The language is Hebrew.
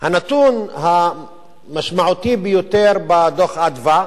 הנתון המשמעותי ביותר בדוח "אדוה"